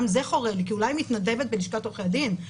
זה חורה לי כי אולי היא מתנדבת בלשכת עורכי הדין,